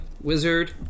Wizard